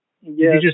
Yes